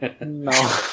No